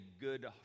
good